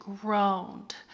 groaned